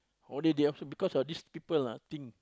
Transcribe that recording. whole day they also because of these people ah think